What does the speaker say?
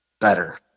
better